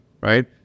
right